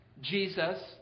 Jesus